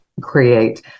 create